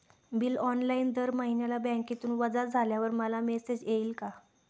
Bill online दर महिन्याला बँकेतून वजा झाल्यावर मला मेसेज येईल का?